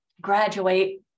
graduate